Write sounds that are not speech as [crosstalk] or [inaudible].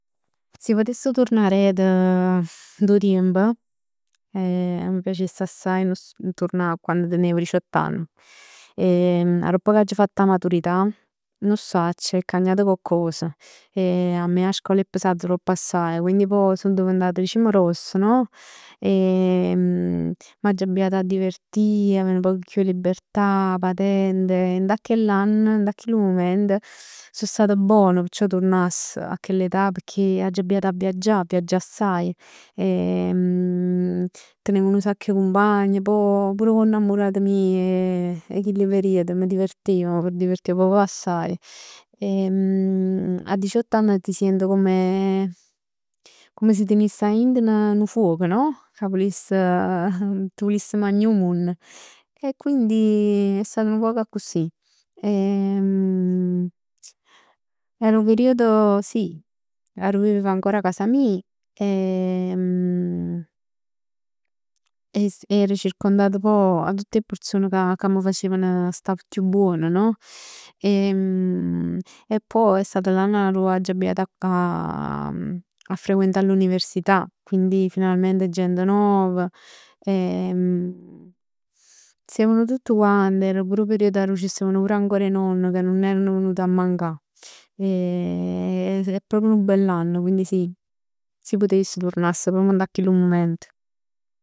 Si putess turnà aret, dint 'o tiemp, eh m' piacess assaje a turnà a quann tenev diciott'anni. Aropp che aggio fatt 'a maturità. Nun 'o sacc, è cagnat coccos. [hesitation] Eh a me 'a scola è pesata troppo assaje, quindi pò so diventata dicimm gross no? [hesitation] E m'aggio abbiat a divertì, a avè nu poc chiù 'e libertà, 'a patente. Dint a chell ann, dint a chillu mument so stata bona. Perciò turnass a chell età, pecchè aggio abbiat a viaggià, a viaggià assaje e [hesitation] tenev nu sacc 'e cumpagn, poi pur cu 'o 'nnammurat meje 'e chilli periodi m'addivertev, m'addivertev proprio assaje. [hesitation] E a diciott'ann t' sient come, come si teniss aint n- nu fuoc no? Ca vuliss, t' vuliss magnà 'o munn. E quindi è stato nu poc accussì. [hesitation] Era 'o periodo, sì, arò vivev ancora 'a casa mij e [hesitation] ero circondata poj 'a tutt 'e person ca ca m'facevn sta chiù buon no? E [hesitation] e poi è stato l'anno arò aggio abbiat a frequentà l'università, quindi finalmente gent nova, e [hesitation] steven tutt quant, era pur 'o periodo arò c' stevano pur ancora 'e nonni che nun erano venut 'a mancà. [hesitation] è proprio nu bell anno, quindi sì. Si putess turnass proprio dint 'a chillu mument.